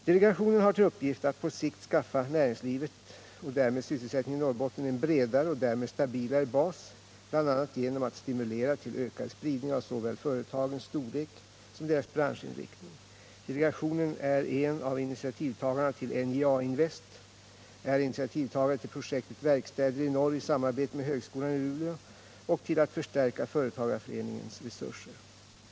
Delegationen har till uppgift att på sikt skaffa näringslivet och därmed sysselsättningen i Norrbotten en bredare och sålunda stabilare bas, bl.a. genom att stimulera till ökad spridning av såväl företagens storlek som deras branschinriktning. Delegationen är en av initiativtagarna till NJA invest och är initiativtagare till projektet Verkstäder i Norr, i samarbete med högskolan i Luleå, och till att förstärka företagarföreningens resurser.